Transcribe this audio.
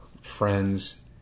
friends